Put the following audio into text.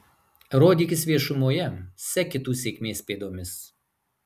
rodykis viešumoje sek kitų sėkmės pėdomis